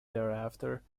thereafter